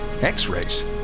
X-rays